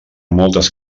moltes